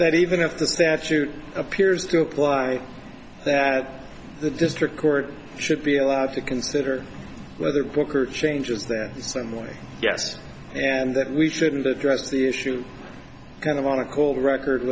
that even if the statute appears to apply that the district court should be allowed to consider whether quicker changes the same way yes and that we shouldn't address the issue kind of on a cold record